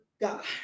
God